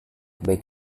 baik